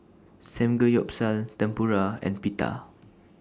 Samgeyopsal Tempura and Pita